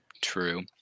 true